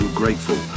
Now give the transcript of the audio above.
grateful